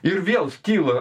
ir vėl skyla